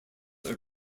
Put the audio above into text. are